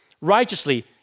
righteously